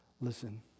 Listen